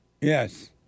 Yes